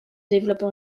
développent